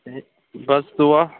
ہے بَس دُعا